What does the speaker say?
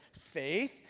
faith